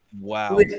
wow